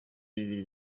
bibiri